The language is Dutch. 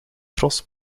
tros